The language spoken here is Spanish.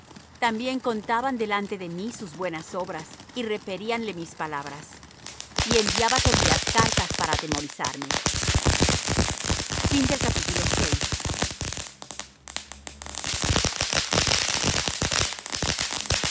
también contaban delante de mí sus buenas obras y referíanle mis palabras y enviaba tobías cartas para atemorizarme y